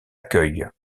accueille